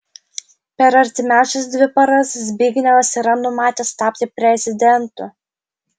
per artimiausias dvi paras zbignevas yra numatęs tapti prezidentu